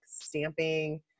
stamping